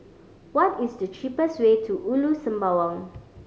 what is the cheapest way to Ulu Sembawang